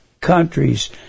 countries